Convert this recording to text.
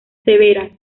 severas